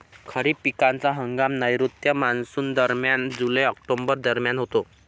खरीप पिकांचा हंगाम नैऋत्य मॉन्सूनदरम्यान जुलै ऑक्टोबर दरम्यान होतो